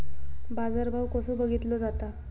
बाजार भाव कसो बघीतलो जाता?